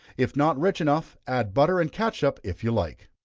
if not rich enough, add butter and catsup if you like.